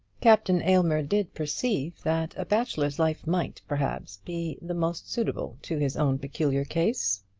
captain aylmer did perceive that a bachelor's life might perhaps be the most suitable to his own peculiar case.